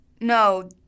no